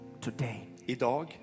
today